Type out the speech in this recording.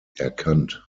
erkannt